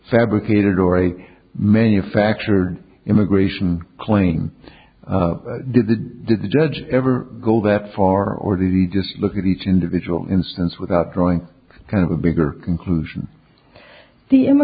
fabricated or a manufactured immigration claim did the judge ever go that far or did he just look at each individual instance without drawing kind of a bigger conclusion the